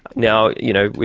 now you know,